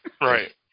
Right